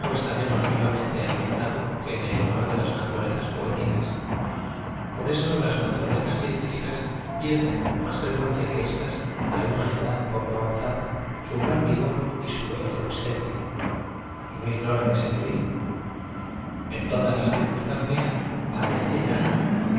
está menos vivam ente ali mentado que en el hogar de las naturalezas poéticas por eso las naturalezas cientlficaa pierden con más frecuencia que éstas á uoa edad poco avanzada bu gran v ig o r y su eñoreacencia y no ignoran ese peligro en todas las circunstancias parecerán